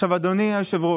עכשיו, אדוני היושב-ראש,